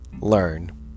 learn